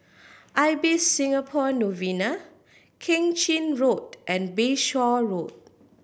Ibis Singapore Novena Keng Chin Road and Bayshore Road